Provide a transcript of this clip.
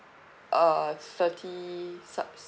uh thirty subs